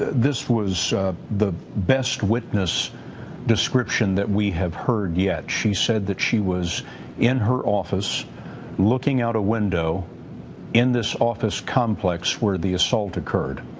this was the best witness description that we have heard yet. she said that she was in her office looking out a window in this office complex where the assault occurred.